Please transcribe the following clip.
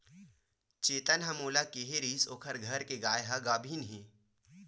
चेतन ह मोला केहे रिहिस ओखर घर के गाय ह गाभिन हे